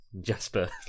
Jasper